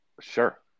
Sure